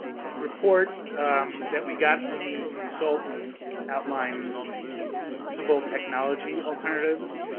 the report that we got from the consultant outlined feasible technology alternatives.